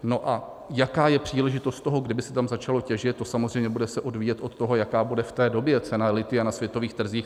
No a jaká je příležitost toho, kdyby se tam začalo těžit, to se samozřejmě bude odvíjet podle toho, jaká bude v té době cena lithia na světových trzích.